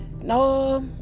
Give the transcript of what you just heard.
No